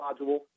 module